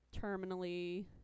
terminally